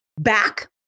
back